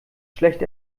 schlecht